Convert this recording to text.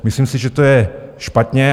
Myslím si, že to je špatně.